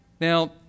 Now